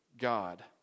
God